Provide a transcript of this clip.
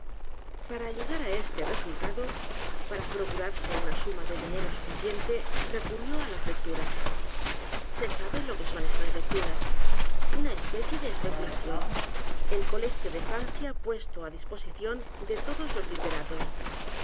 a llegar á este resultado p a r a procurarse una suma do dinero suficiente recurrió á las lecturas se sabe lo que son estas lecturas una especie de especulación el colegio de francia puesto á disposición de todos los literatos